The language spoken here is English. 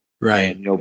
Right